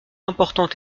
important